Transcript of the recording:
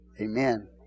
Amen